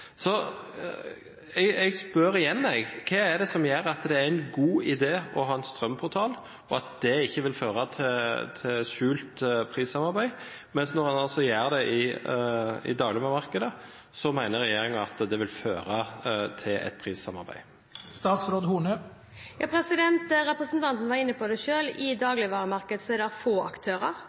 Så jeg spør igjen: Hva er det som gjør at det er en god idé å ha en strømportal, og at det ikke vil føre til skjult prissamarbeid, mens når en gjør det i dagligvaremarkedet, mener regjeringen at det vil føre til et prissamarbeid? Representanten var inne på det selv. I dagligvaremarkedet er det få aktører – det blir kanskje enda færre hvis Coop skal kjøpe ICA på torsdag – i strømmarkedet er det flere aktører.